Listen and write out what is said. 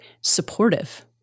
supportive